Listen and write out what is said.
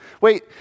Wait